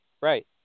Right